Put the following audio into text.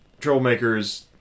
troublemakers